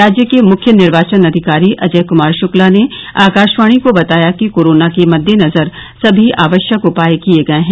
राज्य के मुख्य निर्वाचन अधिकारी अजय कमार शुक्ला ने आकाशवाणी को बताया कि कोरोना के मद्देनजर सभी आवश्यक उपाय किए गए हैं